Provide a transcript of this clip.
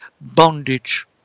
bondage